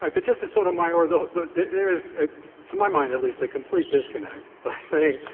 um but justice sotomayor, and there there is, to my mind at least, a complete disconnect by saying,